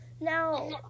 Now